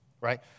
right